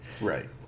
Right